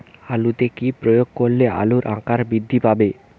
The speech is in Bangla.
আলুতে কি প্রয়োগ করলে আলুর আকার বৃদ্ধি পাবে?